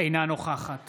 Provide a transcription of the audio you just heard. אינה נוכחת